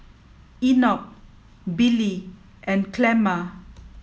Enoch Billy and Clemma